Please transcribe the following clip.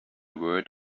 word